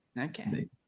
Okay